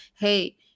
hey